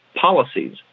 policies